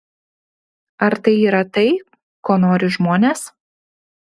ar tai yra tai ko nori žmonės